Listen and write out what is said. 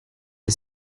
est